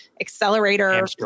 accelerator